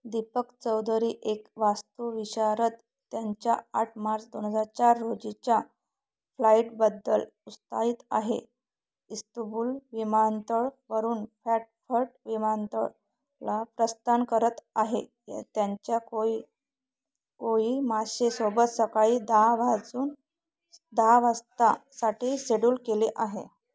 दीपक चौधरी एक वास्तू विशारद त्यांच्या आठ मार्च दोन हजार चार रोजीच्या फ्लाईटबद्दल उस्ताहित आहे इस्तबुल विमानतळवरून फॅटफर्ट विमानतळला प्रस्थान करत आहे या त्यांच्या कोई कोई मासेसोबत सकाळी दहा वाजून दहा वाजतासाठी शेड्यूल केले आहे